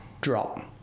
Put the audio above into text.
drop